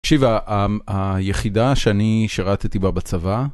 תקשיב, היחידה שאני שרתתי בה בצבא...